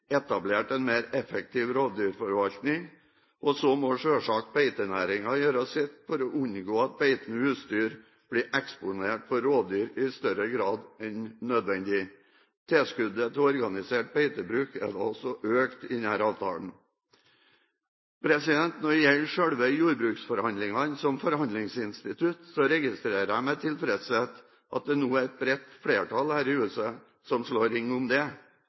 etablert en mer effektiv rovdyrforvaltning. Så må selvsagt beitenæringen gjøre sitt for å unngå at beitende husdyr blir eksponert for rovdyr i større grad enn nødvendig. Tilskuddet til organisert beitebruk er da også økt i denne avtalen. Når det gjelder selve jordbruksforhandlingene som forhandlingsinstitutt, registrerer jeg med tilfredshet at det nå er et bredt flertall her i huset som slår ring om dette, og at det